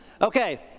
Okay